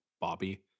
Bobby